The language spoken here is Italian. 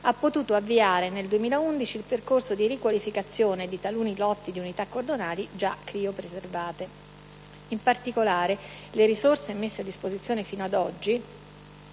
ha potuto avviare nel 2011 il percorso della riqualificazione di taluni lotti di unità cordonali già criopreservate. In particolare, le risorse messe a disposizione fino ad oggi